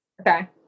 Okay